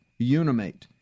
unimate